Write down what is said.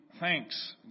thanks